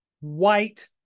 white